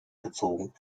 gezogen